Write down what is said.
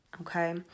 okay